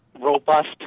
robust